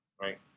right